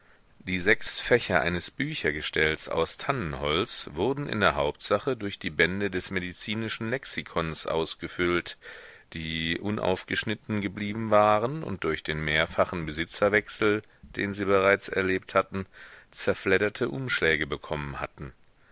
die sechs fächer eines büchergestells aus tannenholz wurden in der hauptsache durch die bände des medizinischen lexikons ausgefüllt die unaufgeschnitten geblieben waren und durch den mehrfachen besitzerwechsel den sie bereits erlebt hatten zerfledderte umschläge bekommen hatten